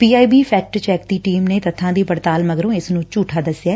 PIB fact check ਦੀ team ਨੇ ਤੱਬਾਂ ਦੀ ਪੜਤਾਲ ਮਗਰੋਂ ਇਸ ਨੂੰ ਝੁਠਾ ਦਸਿਐ